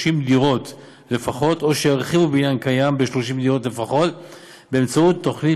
דירות לפחות או שירחיבו בניין קיים ב-30 דירות לפחות באמצעות תוכנית